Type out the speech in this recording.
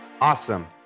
Awesome